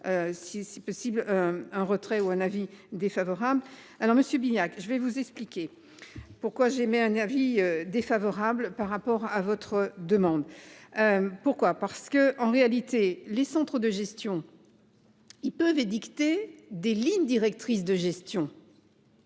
si possible. Un retrait ou un avis. Défavorable. Alors Monsieur Biya. Je vais vous expliquer pourquoi j'émets un avis défavorable par rapport à votre demande. Pourquoi, parce que, en réalité, les centres de gestion. Ils peuvent édicter des lignes directrices de gestion.